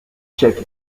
cheikh